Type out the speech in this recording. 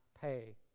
pay